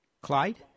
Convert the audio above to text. Clyde